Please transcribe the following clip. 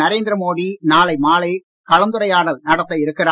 நரேந்திர மோடி நாளை மாலை கலந்துரையாடல் நடத்த இருக்கிறார்